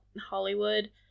Hollywood